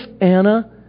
Anna